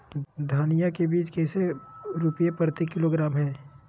धनिया बीज कैसे रुपए प्रति किलोग्राम है?